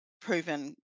proven